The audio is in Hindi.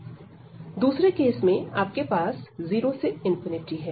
दूसरे केस में आपके पास 0 से ∞ है